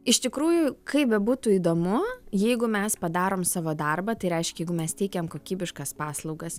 iš tikrųjų kaip bebūtų įdomu jeigu mes padarom savo darbą tai reiškia jeigu mes teikiam kokybiškas paslaugas